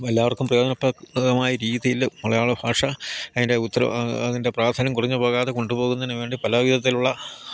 വല്ലവർക്കും പ്രയോജന പ്രദമായ രീതിയില് മലയാള ഭാഷ അതിൻ്റെ ഉത്തര അതിൻ്റെ പ്രാധാന്യം കുറഞ്ഞു പോകാതെ കൊണ്ടു പോകുന്നതിന് വേണ്ടി പലവിധത്തിലുള്ള